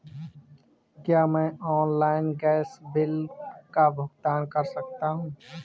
क्या मैं online gas bill का भुगतान कर सकता हूँ?